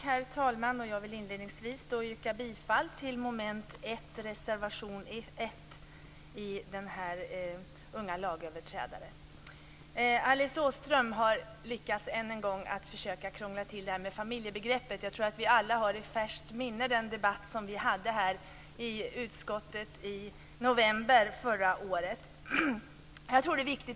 Herr talman! Jag vill inledningsvis yrka bifall till reservation 1 under mom. 1 i betänkandet om unga lagöverträdare. Alice Åström har än en gång lyckats krångla till diskussionen om familjebegreppet. Jag tror att vi alla har den debatt som vi hade i utskottet i november förra året i färskt minne.